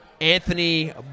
Anthony